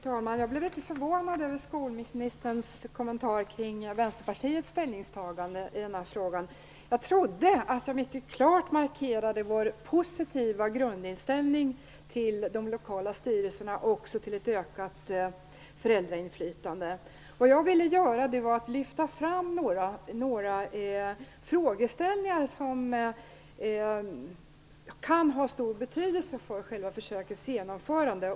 Fru talman! Jag blev litet förvånad över skolministerns kommentar kring Vänsterpartiets ställningstagande i den här frågan. Jag trodde att jag mycket klart markerade vår positiva grundinställning till de lokala styrelserna och också till ett utökat föräldrainflytande. Vad jag ville göra var att lyfta fram några frågeställningar som kan ha stor betydelse för försöksverksamhetens genomförande.